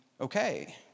okay